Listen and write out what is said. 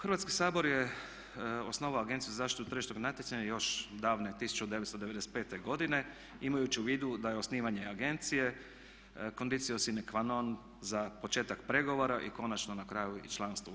Hrvatski sabor je osnovao Agenciju za zaštitu tržišnog natjecanja još davne 1995. godine imajući u vidu da je osnivanje agencije Conditio sine qua non za početak pregovora i konačno na kraju i članstvo u EU.